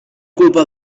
culpa